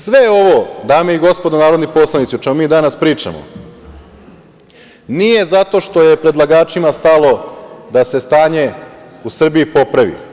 Sve ovo, dame i gospodo narodni poslanici, o čemu danas pričamo nije zato što je predlagačima stalno da se stanje u Srbiji popravi.